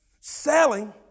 Selling